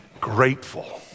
grateful